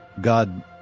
God